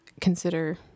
consider